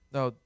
Now